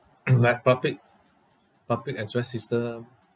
like public public address system